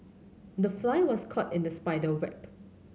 the fly was caught in the spider